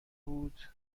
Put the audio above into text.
بود